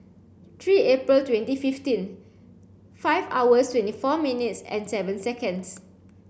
three April twenty fifteen five hours twenty four minutes and seven seconds